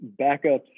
backups